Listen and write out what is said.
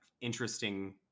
interesting